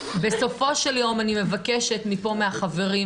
בסופו של יום אני מבקשת מפה מהחברים,